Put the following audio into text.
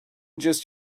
just